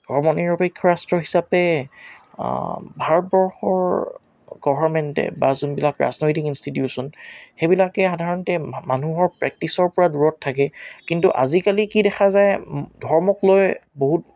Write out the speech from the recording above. ধৰ্মপিৰপেক্ষ ৰাষ্ট্ৰ হিচাপে ভাৰতবৰ্ষৰ গভাৰ্ণমেণ্টে বা যোনবিলাক ৰাজনৈতিক ইনষ্টিটিউশ্যন সেইবিলাকে সাধাৰণতে মানুহৰ প্ৰেক্টিচৰ পৰা দূৰত থাকি কিন্তু আজিকালি কি দেখা যায় ধৰ্মক লৈ বহুত